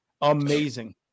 Amazing